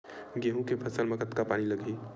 गेहूं के फसल म कतका पानी लगही?